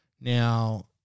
Now